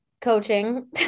Coaching